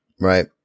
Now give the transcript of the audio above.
Right